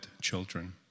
children